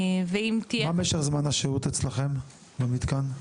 מה משך זמן השהות אצלכם במתקן?